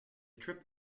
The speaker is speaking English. trip